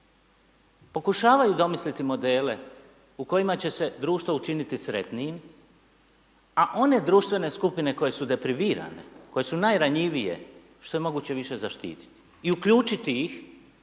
pokušavaju domisliti modele u kojima će se društvo učiniti sretnijim a one društvene skupine koje su deprivirane, koje su najranjivije što je moguće više zaštiti i uključiti ih